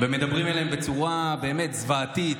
ומדברים אליהם בצורה באמת זוועתית,